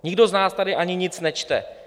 Nikdo z nás tady ani nic nečte.